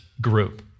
group